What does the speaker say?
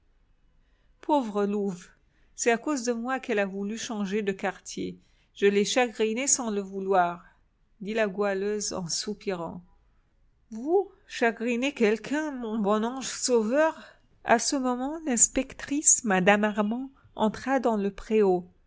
pauvre louve c'est à cause de moi qu'elle a voulu changer de quartier je l'ai chagrinée sans le vouloir dit la goualeuse en soupirant vous chagriner quelqu'un mon bon ange sauveur à ce moment l'inspectrice mme armand entra dans le préau